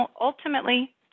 ultimately